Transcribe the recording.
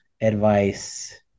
advice